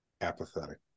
apathetic